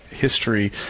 history